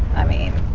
i mean